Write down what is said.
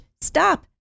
stop